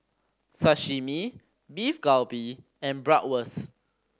Sashimi Beef Galbi and Bratwurst